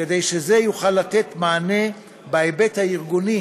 כדי שזה יוכל לתת מענה בהיבט הארגוני